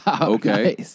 Okay